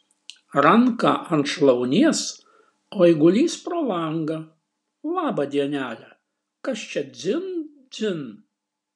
ranką ant šlaunies o eigulys pro langą labą dienelę kas čia dzin dzin